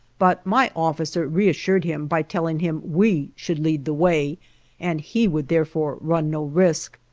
but my officer reassured him by telling him we should lead the way and he would therefore run no risk.